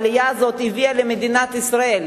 העלייה הזאת הביאה למדינת ישראל מהנדסים,